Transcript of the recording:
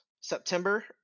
September